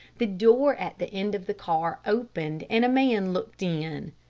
the door at the end of the car opened, and a man looked in.